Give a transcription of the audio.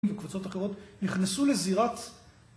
וקבוצות אחרות נכנסו לזירת